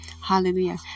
hallelujah